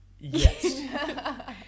Yes